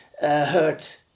hurt